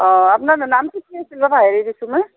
অঁ আপোনাৰ নামটো কি আছিলে পাহৰি গৈছোঁ নহয়